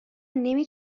نمی